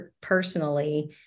personally